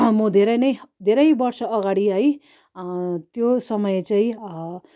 म धेरै नै धेरै वर्ष अघाडि है त्यो समय चाहिँ